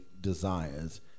desires